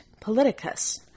Politicus